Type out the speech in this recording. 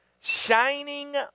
shining